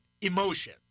emotion